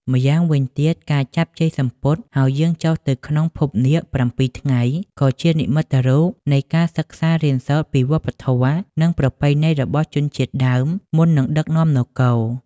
ម្យ៉ាងវិញទៀត ការចាប់ជាយសំពត់ហើយយាងចុះទៅក្នុងភពនាគ ៧ ថ្ងៃ ក៏ជានិមិត្តរូបនៃការសិក្សារៀនសូត្រពីវប្បធម៌ និងប្រពៃណីរបស់ជនជាតិដើម មុននឹងដឹកនាំនគរ។